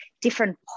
different